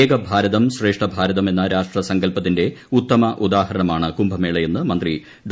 ഏകഭാരതം ശ്രേഷ്ഠഭാരതം എന്ന രാഷ്ട്ര സങ്കല്പത്തിന്റെ ഉത്തമ ഉദാഹരണമാണ് കുംഭമേളയെന്ന് മന്ത്രി ഡോ